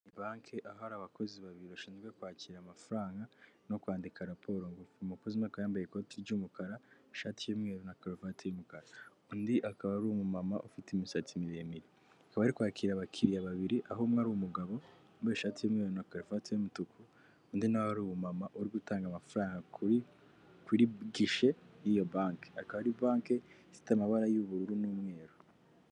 Banki ahari abakozi babiri bashinzwe kwakira amafaranga no kwandika raporo ngofi umukozi maka yambaye ikoti ry'umukara, ishati y'umweru na karuvati y'umukara, undi akaba ari umumama ufite imisatsi miremire, akaba ari kwakira abakiriya babiri, aho umwe ari umugabo wambaye ishati y'umweru karafati y' umutuku, undi nawe ari umumama uri gutanga amafaranga kuri gishe iyo banki, akaba ari banke ifite amabara y'ubururu n'umweru.